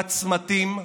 בצמתים,